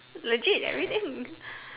legit everything